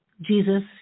Jesus